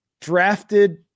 drafted